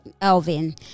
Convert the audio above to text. Elvin